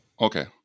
okay